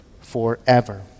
forever